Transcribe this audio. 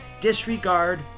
disregard